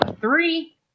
Three